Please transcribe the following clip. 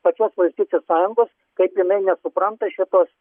pačios valstiečių sąjungos kaip jinai nesupranta šitos